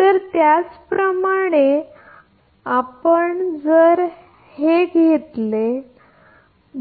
तर त्याचप्रमाणे आपण जर घेतले काय म्हणता तुम्ही